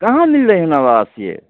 कहाँ मिललै हन आवासीय